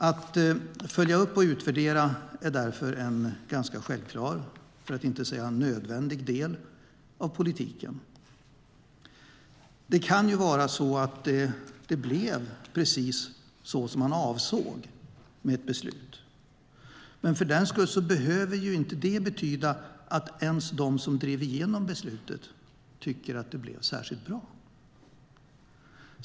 Att följa upp och utvärdera är därför en ganska självklar, för att inte säga nödvändig, del av politiken. Det kan ju vara så att det blev precis så som man avsåg med ett beslut, men för den skull behöver det ju inte betyda att ens de som drev igenom beslutet tycker att det blev särskilt bra.